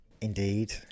Indeed